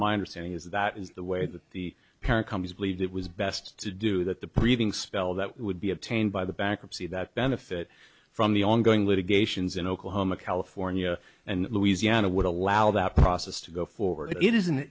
my understanding is that is the way that the parent company believed it was best to do that the previous spell that would be obtained by the bankruptcy that benefit from the ongoing litigations in oklahoma california and louisiana would allow that process to go forward it isn't i